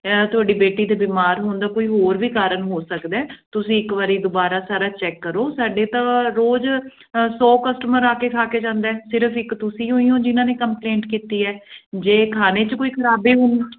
ਤੁਹਾਡੀ ਬੇਟੀ ਦੇ ਬਿਮਾਰ ਹੋਣ ਦਾ ਕੋਈ ਹੋਰ ਵੀ ਕਾਰਨ ਹੋ ਸਕਦਾ ਤੁਸੀਂ ਇੱਕ ਵਾਰੀ ਦੁਬਾਰਾ ਸਾਰਾ ਚੈੱਕ ਕਰੋ ਸਾਡੇ ਤਾਂ ਰੋਜ਼ ਸੌ ਕਸਟਮਰ ਆ ਕੇ ਖਾ ਕੇ ਜਾਂਦਾ ਸਿਰਫ਼ ਇੱਕ ਤੁਸੀਂ ਹੋਈ ਹੋ ਜਿਨ੍ਹਾਂ ਨੇ ਕੰਪਲੇਂਟ ਕੀਤੀ ਹੈ ਜੇ ਖਾਣੇ 'ਚ ਕੋਈ ਖ਼ਰਾਬੀ ਹੁੰ